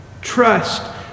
Trust